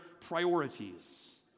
priorities